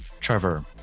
Trevor